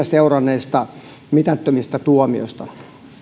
seuranneista mitättömistä tuomioista